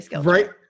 right